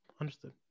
understood